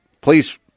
Please